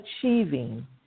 achieving